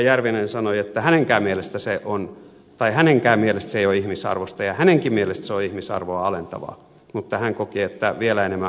järvinen sanoi että hänenkään mielestä se ei ole ihmisarvoista ja hänenkin mielestään se on ihmisarvoa alentavaa mutta hän koki että vielä enemmän alentavaa on sen kieltäminen